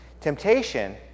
Temptation